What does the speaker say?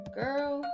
girl